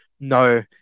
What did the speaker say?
No